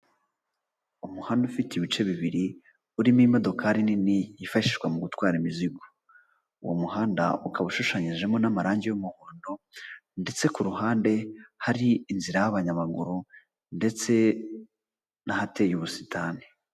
Umuhanda ufite ibice bibiri, urimo imodokari nini yifashishwa mu gutwara imizigo, uwo muhanda ukaba ushushanyijemo n'amarangi y'umuhondo ndetse ku ruhande hari inzira y'abanyamaguru ndetse n'ahateye ubusitani.